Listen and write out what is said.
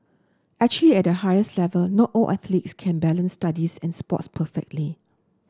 actually at the highest level not all athletes can balance studies and sports perfectly